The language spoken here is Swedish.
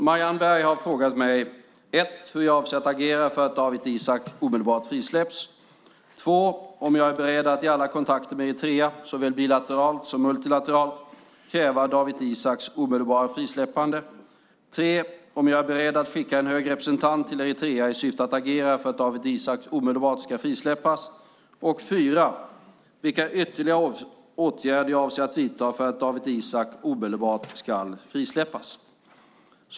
Marianne Berg har frågat mig 1. hur jag avser att agera för att Dawit Isaak omedelbart ska frisläppas 2. om jag är beredd att i alla kontakter med Eritrea, såväl bilateralt som multilateralt, kräva Dawit Isaaks omedelbara frisläppande 3. om jag är beredd att skicka en hög representant till Eritrea i syfte att agera för att Dawit Isaak omedelbart ska frisläppas 4. vilka ytterligare åtgärder jag avser att vidta för att Dawit Isaak omedelbart ska frisläppas.